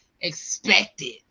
expected